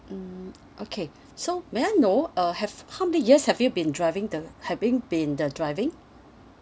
mm okay so may I know uh have how many years have you been driving the having been the driving